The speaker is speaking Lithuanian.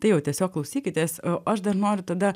tai jau tiesiog klausykitės o aš dar noriu tada